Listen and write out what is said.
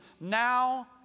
now